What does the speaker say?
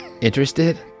Interested